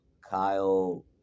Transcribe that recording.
Kyle